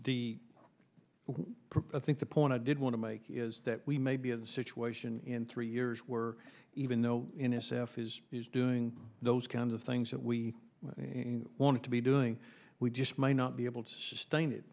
the i think the point i did want to make is that we may be a situation in three years we're even though in a self is doing those kinds of things that we want to be doing we just might not be able to sustain it